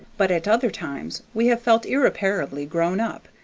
but at other times we have felt irreparably grown-up,